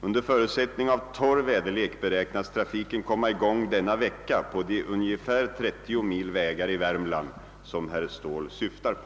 Under förutsättning av torr väderlek beräknas trafiken komma i gång denna vecka på de unge fär 30 mil vägar i Värmland som herr Ståhl syftar på.